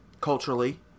culturally